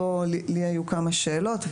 היו לי פה כמה שאלות,